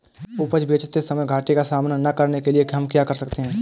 उपज बेचते समय घाटे का सामना न करने के लिए हम क्या कर सकते हैं?